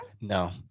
No